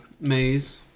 maze